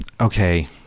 okay